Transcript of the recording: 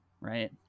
right